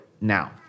now